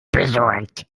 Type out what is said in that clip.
besorgt